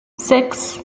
six